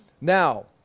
Now